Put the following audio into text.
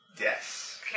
Yes